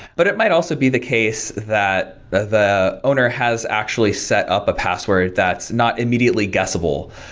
but it might also be the case that the the owner has actually set up a password that's not immediately guessable.